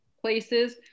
places